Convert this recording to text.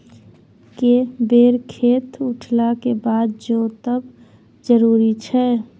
के बेर खेत उठला के बाद जोतब जरूरी छै?